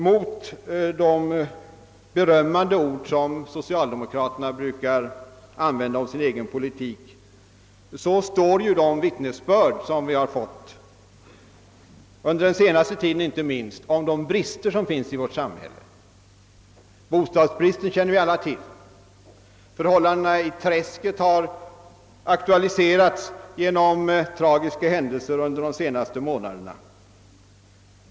Mot de berömmande ord som socialdemokraterna brukar använda om sin egen politik står de vittnesbörd vi fått inte minst under den senaste tiden om de brister som finns i vårt samhälle. Bostadsbristen känner vi alla till. Förhållandena i »träsket» har aktualiserats genom tragiska händelser under de senaste månaderna.